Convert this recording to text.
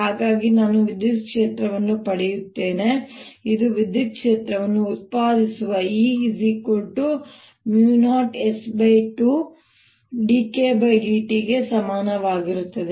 ಹಾಗಾಗಿ ನಾನು ವಿದ್ಯುತ್ ಕ್ಷೇತ್ರವನ್ನು ಪಡೆಯುತ್ತೇನೆ ಇದು ವಿದ್ಯುತ್ ಕ್ಷೇತ್ರವನ್ನು ಉತ್ಪಾದಿಸುವ E0s2dKdtಗೆ ಸಮಾನವಾಗಿರುತ್ತದೆ